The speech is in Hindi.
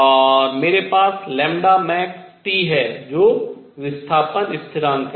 और मेरे पास maxT है जो विस्थापन स्थिरांक है